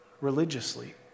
religiously